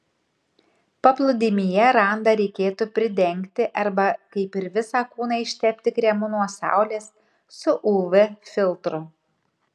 paplūdimyje randą reikėtų pridengti arba kaip ir visą kūną ištepti kremu nuo saulės su uv filtru